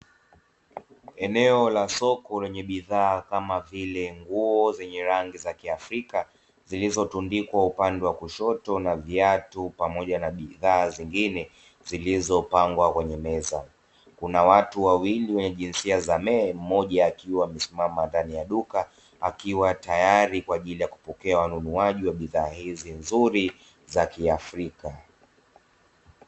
Eneo la soko lenye bidhaa kama vile nguo zenye rangi za kiafrika zilizotundikwa upande wa kushoto na viatu pamoja na bidhaa zingine zilizopangwa kwenye meza, kuna watu wawili wenye jinsia za me, mmoja akiwa amesimama ndani ya duka akiwa tayari kwa ajili ya kupokea wanunuaji wa bidhaa hizi nzuri za kiafrika.